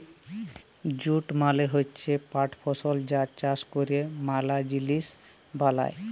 jute মালে হচ্যে পাট ফসল যার চাষ ক্যরে ম্যালা জিলিস বালাই